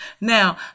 now